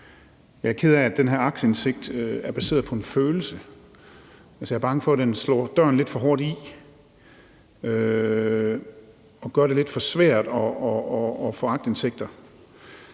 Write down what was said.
Jeg er ked af, at den her aktindsigt er baseret på en følelse. Altså, jeg er bange for, at den smækker døren lidt for hårdt i og gør det lidt for svært at få aktindsigter.